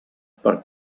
per